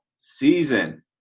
season